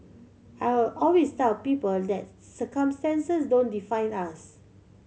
I always tell people that circumstances don't define us